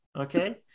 okay